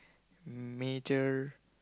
major